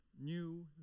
new